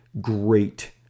great